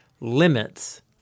limits